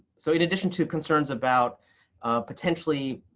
so in addition to concerns about potentially